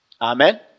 Amen